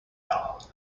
will